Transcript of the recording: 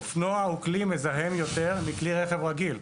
אופנוע הוא כלי מזהם יותר מכלי רכב רגיל.